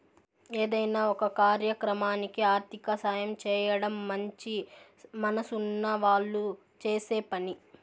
ఏదైనా ఒక కార్యక్రమానికి ఆర్థిక సాయం చేయడం మంచి మనసున్న వాళ్ళు చేసే పని